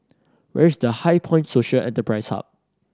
where is The HighPoint Social Enterprise Hub